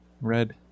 red